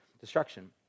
destruction